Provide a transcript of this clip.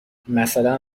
مثلا